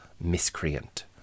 miscreant